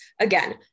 Again